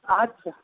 আচ্ছা